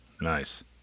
Nice